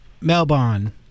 Melbourne